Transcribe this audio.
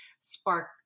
spark